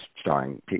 starring